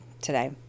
today